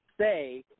say